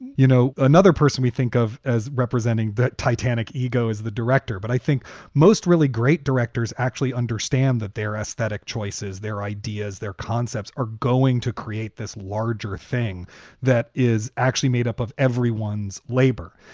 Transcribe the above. you know, another person we think of as representing the titanic ego is the director. but i think most really great directors actually understand that their aesthetic choices, their ideas, their concepts are going to create this larger thing that is actually made up of everyone's labor.